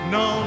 no